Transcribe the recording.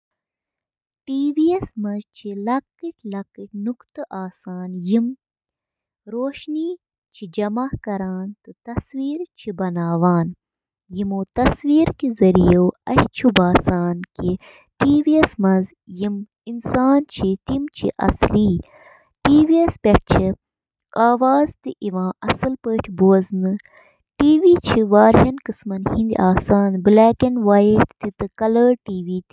refrigerator چھِ fridge کِس أنٛدرِمِس حصہٕ پٮ۪ٹھ گرمی ہٹاونہٕ خٲطرٕ ریفریجرنٹُک بند نظام استعمال کٔرِتھ کٲم کران، یُس کھٮ۪ن تازٕ تھاوان چھُ: